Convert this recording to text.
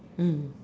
mm